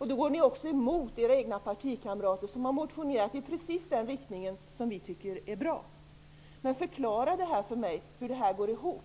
Ni går även emot era egna partikamrater, som har motionerat i just den riktning som vi tycker är bra. Förklara för mig hur detta går ihop.